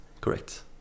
correct